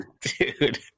dude